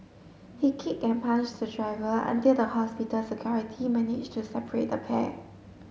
he kick and punish the driver until the hospital security manage to separate the pair